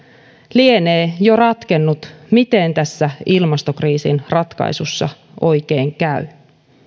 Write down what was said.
lienee jo ratkennut miten tässä ilmastokriisin ratkaisussa oikein käy